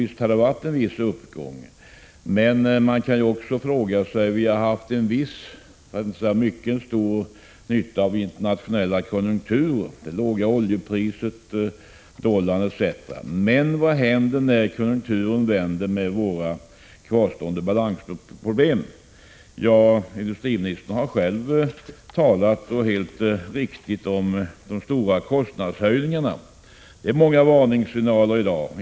Visst kan det ha varit en viss uppgång. Men vi har haft en mycket stor nytta av den internationella konjunkturen — det låga oljepriset, dollarkursens fall etc. Men vad händer med våra kvarstående balansproblem när konjunkturen vänder? Industriministern har själv helt riktigt talat om de stora kostnadshöjningarna. Det finns många varningssignaler i dag.